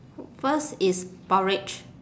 first is porridge